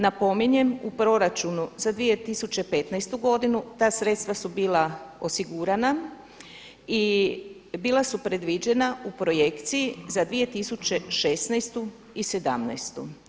Napominjem u proračunu za 2015. godinu ta sredstva su bila osigurana i bila su predviđena u projekciji za 2016. i 2017.